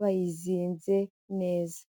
bayizinze neza.